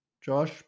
Josh